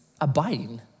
abiding